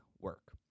work